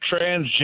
transgender